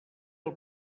del